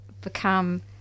become